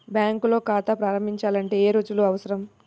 బ్యాంకులో ఖాతా ప్రారంభించాలంటే ఏ రుజువులు అవసరం?